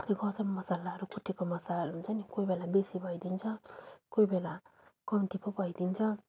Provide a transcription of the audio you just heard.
त्यो मसलाहरू कुटेको मसलाहरू हुन्छ नि कोही बेला बेसी भइदिन्छ कोही बेला कम्ती पो भइदिन्छ